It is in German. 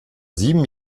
sieben